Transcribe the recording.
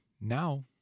now